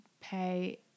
pay